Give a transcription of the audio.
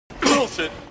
Bullshit